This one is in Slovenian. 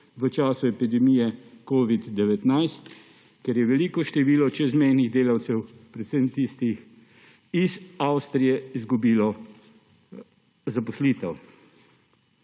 v času epidemije covida-19, ker je veliko število čezmejnih delavcev, predvsem tistih iz Avstrije, izgubilo zaposlitev.